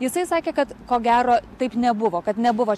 jisai sakė kad ko gero taip nebuvo kad nebuvo